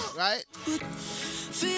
Right